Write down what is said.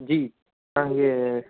जी तव्हांखे